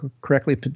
correctly